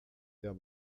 der